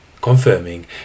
Confirming